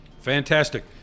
fantastic